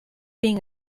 being